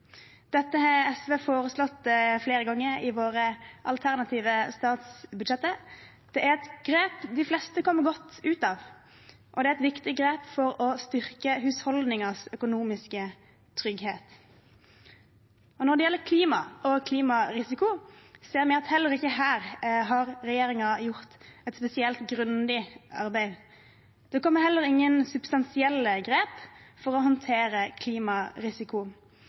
Dette har SV foreslått flere ganger i våre alternative statsbudsjetter. Det er et grep de fleste kommer godt ut av, og det er et viktig grep for å styrke husholdningenes økonomiske trygghet. Når det gjelder klima og klimarisiko, ser vi at heller ikke her har regjeringen gjort et spesielt grundig arbeid. Det kommer heller ingen substansielle grep for å håndtere klimarisiko.